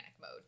mode